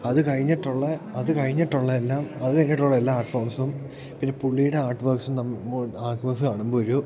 അത് കഴിഞ്ഞിട്ടുള്ള അത് കഴിഞ്ഞിട്ടുള്ള എല്ലാം അത് കഴിഞ്ഞിട്ടുള്ള എല്ലാ ആർട്ട് ഫോംസും പിന്നെ പുള്ളിയുടെ ആർട്ട് വർക്സും ആർട്ട് വർക്ക്സ് കാണുമ്പോൾ ഒരു